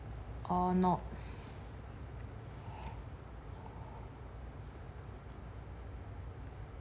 or not